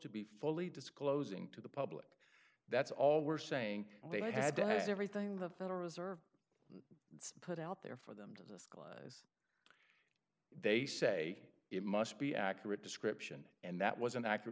to be fully disclosing to the public that's all we're saying they had does everything the federal reserve put out there for them they say it must be accurate description and that was an accurate